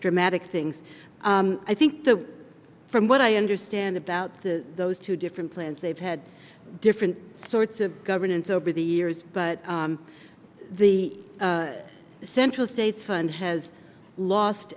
dramatic things i think the from what i understand about the those two different plans they've had different sorts of governance over the years but the central states fund has lost